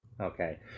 okay